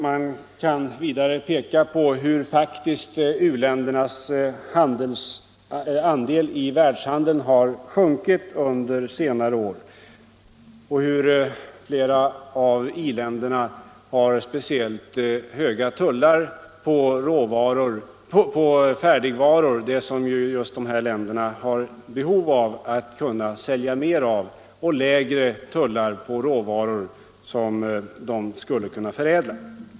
Man kan vidare peka på hur faktiskt u-ländernas andel av världshandeln har sjunkit under senare år och hur flera av i-länderna har speciellt höga tullar på färdigvaror, som just dessa länder har behov av att sälja mer av — och lägre tullar på råvaror som u-länderna skulle kunna förädla.